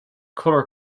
color